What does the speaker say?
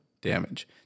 damage